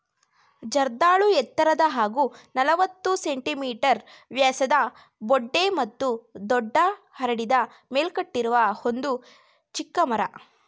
ಜರ್ದಾಳು ಎತ್ತರದ ಹಾಗೂ ನಲವತ್ತು ಸೆ.ಮೀ ವ್ಯಾಸದ ಬೊಡ್ಡೆ ಮತ್ತು ದಟ್ಟ ಹರಡಿದ ಮೇಲ್ಕಟ್ಟಿರುವ ಒಂದು ಚಿಕ್ಕ ಮರ